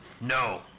No